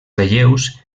relleus